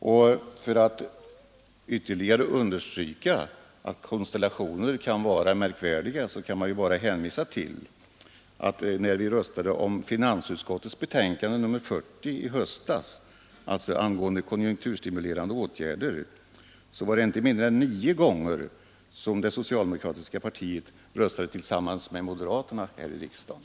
Men för att ge ytterligare exempel på konstellationer som kan vara märkvärdiga kan jag hänvisa till att vid omröstningen om finansutskottets betänkande nr 40 i höstas angående konjunkturstimulerande åtgärder röstade socialdemokraterna inte mindre än nio gånger tillsammans med moderaterna här i riksdagen.